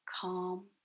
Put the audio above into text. calm